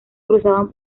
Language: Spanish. cruzaban